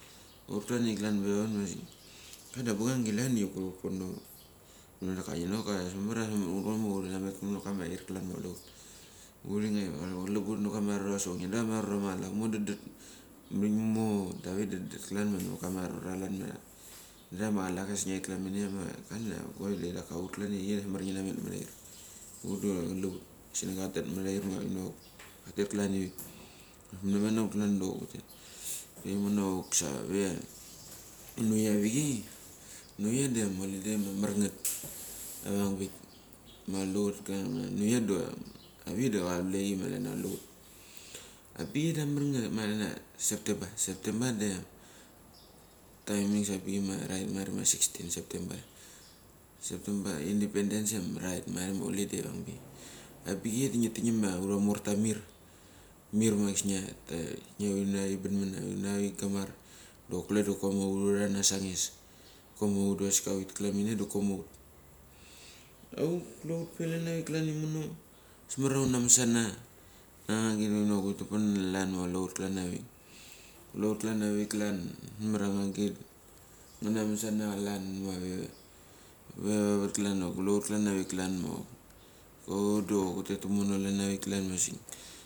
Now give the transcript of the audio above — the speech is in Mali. Kule hut klan pe vavat masik. Klan ia bangangi klanda kule huS pono. Kinok ka ambas marmar hunametamana a er huri ngiap, kelep hut namat kama arura achva sochong ngidrama arura. Ngiadra machlak asik ngiret klan minia klania koildei da hut klanda iri chei ambas mamar ngi ma meti mara erki. Hut da kalav hut asik nama katet klan meraer ma katet klan ivi. Mana man na hut klan dok hutet imono koksave nuia avichei. Nuia da em hiledei ma amarnget avangbik ma kule hut klan. Nuia da avichei da gua vleka malania kule hurt. Abaichei da amor ngeti ma klania Septemba, Septemba da em taimings abik ma rait marik ma 16 septemba. Septemba indepepens da amarnget marik ma holidei avangbik. Abichei da ngiting aura morta mir, mir ma kisnia unara tigamar, tibanmana dok kule diva hurana sangis. Koma hut asik huritek klanminia da koma hut, auk kule hut klan avik klan imono. Ambas mamaria huna masana nangik inok hutapana klan ma kule hut klan avik. Kule hut klan avik ambas mamar ngagit nganamasa klan ma ve va vats klan ma kule hut klan avik klan. Hut dok hutet tumono klan ma asik.